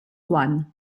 juan